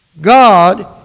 God